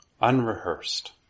unrehearsed